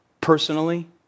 Personally